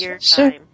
sure